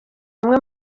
amwe